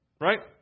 right